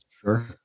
Sure